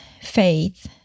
faith